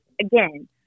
Again